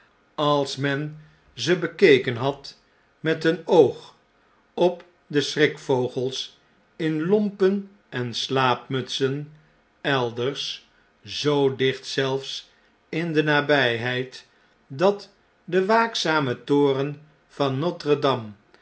als men ze bekeken had met een oog op de schrikvogels in lompen en slaapmutsen elders zoo dicht zelfs in de nabnheid dat de waakzame toren van